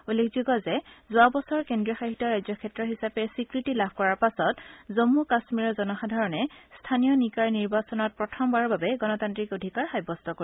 উল্লেখযোগ্য যে যোৱা বছৰ কেজ্ৰীয় শাসিত ৰাজ্যক্ষেত্ৰ হিচাপে স্বীকৃতি লাভ কৰাৰ পাছত জম্মু কাশ্মীৰৰ জনসাধাৰণে স্থানীয় নিকায়ৰ নিৰ্বাচনত প্ৰথমবাৰৰ বাবে গণতান্ত্ৰিক অধিকাৰ সাব্যস্ত কৰিব